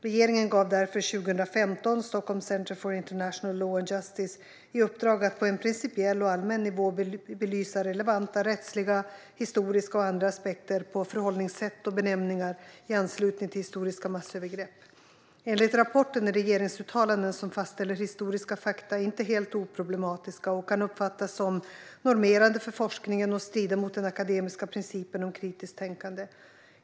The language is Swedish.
Regeringen gav därför 2015 Stockholm Centre for International Law and Justice i uppdrag att på en principiell och allmän nivå belysa relevanta rättsliga, historiska och andra aspekter på förhållningssätt och benämningar i anslutning till historiska massövergrepp. Enligt rapporten är regeringsuttalanden som fastställer historiska fakta inte helt oproblematiska och kan uppfattas som normerande för forskningen och strida mot den akademiska principen om kritiskt tänkande.